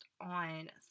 on